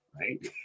right